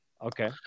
Okay